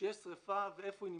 שיש שריפה, ואיפה היא.